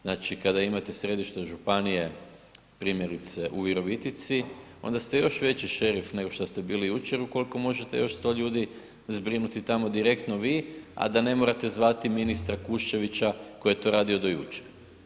Znači, kada imate središte županije primjerice u Virovitici onda ste još veći šerif nego što ste bili jučer ukoliko možete još 100 ljudi zbrinuti tamo direktno vi, a da ne morate zvati ministra Kušćevića koji je to radio do jučer.